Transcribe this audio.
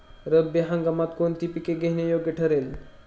रब्बी हंगामात कोणती पिके घेणे योग्य ठरेल?